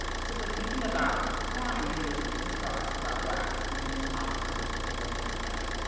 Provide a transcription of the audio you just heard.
but simply thinking about crime, triggers implicit thoughts about blacks in police officers and civilians alike.